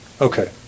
Okay